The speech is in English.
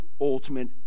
ultimate